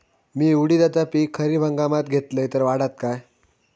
मी उडीदाचा पीक खरीप हंगामात घेतलय तर वाढात काय?